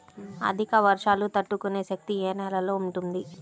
అధిక వర్షాలు తట్టుకునే శక్తి ఏ నేలలో ఉంటుంది?